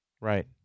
Right